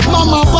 Mama